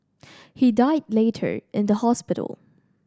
he died later in the hospital